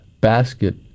basket